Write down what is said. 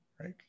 right